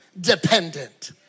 dependent